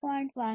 4IEEE 802